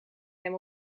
hem